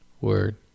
Word